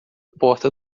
porta